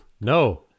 No